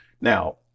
now